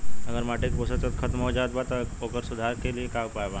अगर माटी के पोषक तत्व खत्म हो जात बा त ओकरे सुधार के लिए का उपाय बा?